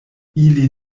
ili